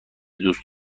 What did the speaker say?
دوست